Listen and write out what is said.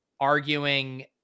arguing